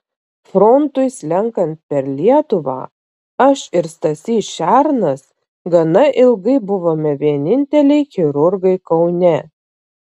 frontui slenkant per lietuvą aš ir stasys šernas gana ilgai buvome vieninteliai chirurgai kaune